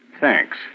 thanks